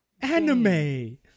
anime